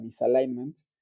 misalignment